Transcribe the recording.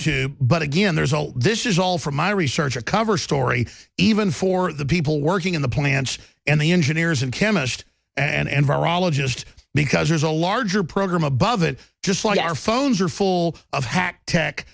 to but again there's all this is all from my research a cover story even for the people working in the plants and the engineers and chemist and veralyn just because there's a larger program above it just like our phones are full of hacked tech